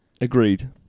Agreed